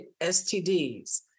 STDs